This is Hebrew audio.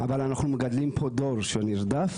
אבל אנחנו מגדלים פה דור שהוא נרדף,